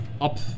up